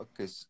okay